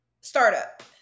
Startup